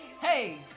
Hey